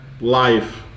life